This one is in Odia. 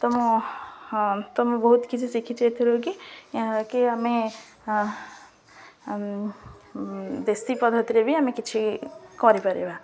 ତ ମୁଁ ହଁ ତ ମୁଁ ବହୁତ କିଛି ଶିଖିଛି ଏଥିରୁ କି କି ଆମେ ଦେଶୀ ପଦ୍ଧତିରେ ବି ଆମେ କିଛି କରିପାରିବା